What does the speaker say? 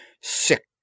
Sick